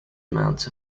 amounts